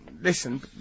Listen